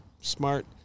smart